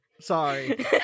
Sorry